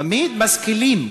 תמיד משכילים.